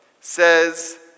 says